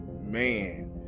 man